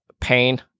pain